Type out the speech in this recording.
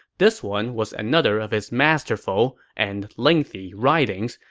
this one was another of his masterful and lengthy writings.